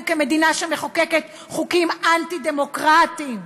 כמדינה שמחוקקת חוקים אנטי-דמוקרטיים.